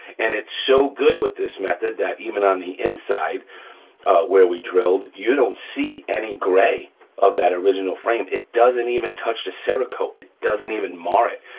and it's so good with this method that on the inside where we drilled, you don't see any gray of that original frame. it doesn't even touch the cerakote, it doesn't even mar it.